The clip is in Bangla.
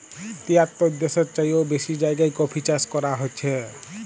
তিয়াত্তর দ্যাশের চাইয়েও বেশি জায়গায় কফি চাষ ক্যরা হছে